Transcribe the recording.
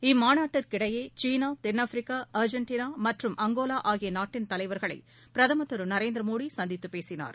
இம்மாநாட்டிற்கு இடையே சீனா தென்னாப்பிரிக்கா அர்ஜென்ட்டினா மற்றும் அங்கோலா ஆகிய நாட்டின் தலைவர்களை பிரதமர் திரு நரேந்திர மோடி சந்தித்து பேசினார்